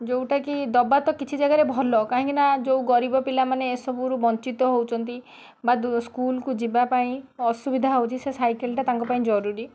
ଯୋଉଟାକି ଦେବା ତ କିଛି ଜାଗାରେ ଭଲ କାହିଁକିନା ଯୋଉ ଗରୀବ ପିଲାମାନେ ଏସବୁରୁ ବଞ୍ଚିତ ହେଉଛନ୍ତି ବା ସ୍କୁଲ୍ କୁ ଯିବାପାଇଁ ଅସୁବିଧା ହେଉଛି ସେ ସାଇକେଲ୍ ଟା ତାଙ୍କ ପାଇଁ ଜରୁରୀ